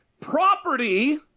property